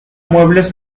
muebles